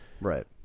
Right